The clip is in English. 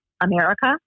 America